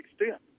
extent